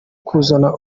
kuzana